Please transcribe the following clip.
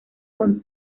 con